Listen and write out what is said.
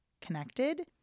connected